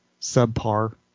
subpar